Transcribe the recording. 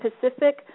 Pacific